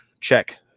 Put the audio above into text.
check